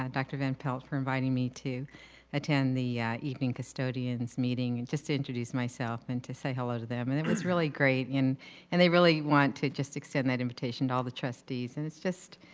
um dr. van pelt for inviting me to attend the evening custodian's meeting and just to introduce myself and to say hello to them, and it was really great in and they really want to just extend that invitation to all the trustees, and it's just,